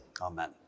amen